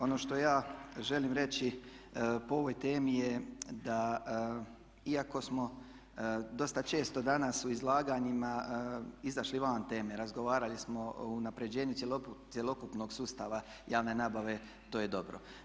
Ono što ja želim reći po ovoj temi je da iako smo dosta često danas u izlaganjima izašli van teme, razgovarali smo o unapređenju cjelokupnog sustava javne nabave to je dobro.